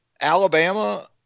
Alabama